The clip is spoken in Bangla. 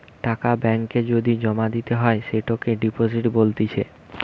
টাকা ব্যাঙ্ক এ যদি জমা দিতে হয় সেটোকে ডিপোজিট বলতিছে